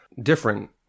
different